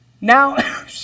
Now